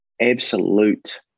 absolute